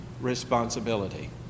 responsibility